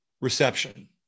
reception